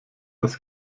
das